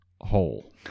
hole